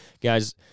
Guys